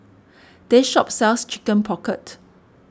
this shop sells Chicken Pocket